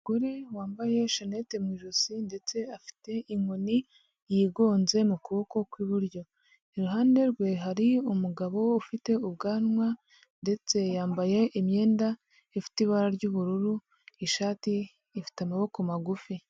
Umugore wambaye shanete mu ijosi ndetse afite inkoni yigonze mu kuboko kw'iburyo, iruhande rwe hari umugabo ufite ubwanwa ndetse yambaye imyenda ifite ibara ry'ubururu ishati ifite amaboko magufi.